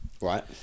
Right